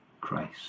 Christ